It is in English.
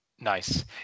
Nice